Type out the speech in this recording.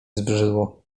zbrzydło